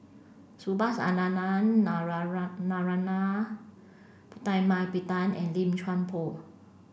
Subhas Anandan Narana Putumaippittan and Lim Chuan Poh